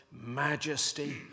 majesty